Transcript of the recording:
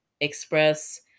express